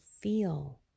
feel